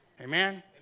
Amen